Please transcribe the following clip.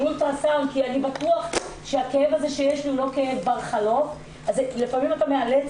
אולטרסאונד כי אני בטוח שהכאב שיש לי הוא לא בר חלוף אז לפעמים אתה מאלץ